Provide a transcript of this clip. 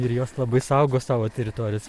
ir jos labai saugo savo teritorijas